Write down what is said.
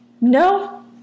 No